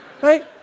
Right